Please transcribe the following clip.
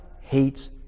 hates